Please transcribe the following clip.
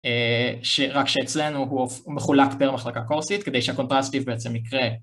רק שאצלנו הוא מחולק פר מחלקה קורסית כדי שהקונטרסטיב בעצם יקרה